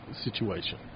situation